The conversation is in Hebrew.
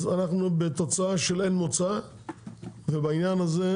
אז אנחנו בתוצאה של אין מוצא ובעניין הזה,